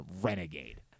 renegade